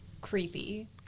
creepy